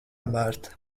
marta